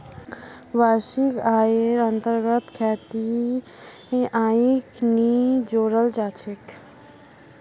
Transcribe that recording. वार्षिक आइर अन्तर्गत खेतीर आइक नी जोडाल जा छेक